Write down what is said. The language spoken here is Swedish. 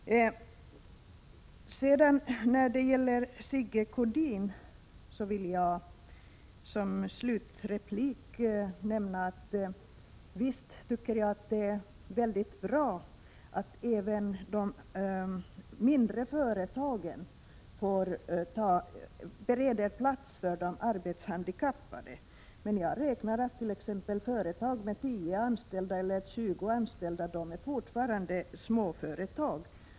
I min slutreplik till Sigge Godin vill jag säga att jag visst tycker att det är bra att även de mindre företagen bereder plats för de arbetshandikappade. Men jag räknar även företag med tio eller tjugo anställda som småföretag.